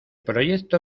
proyecto